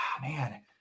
man